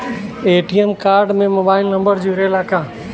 ATM card में mobile number जुरेला का?